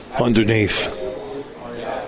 underneath